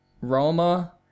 Roma